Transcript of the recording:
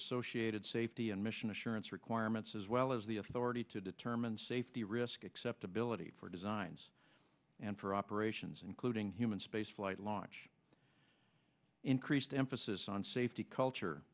associated safety and mission assurance requirements as well as the authority to determine safety risk acceptability for designs and for operations including human spaceflight launch increased emphasis on safety culture